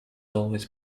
always